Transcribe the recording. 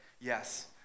yes